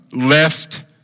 left